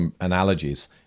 analogies